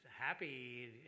happy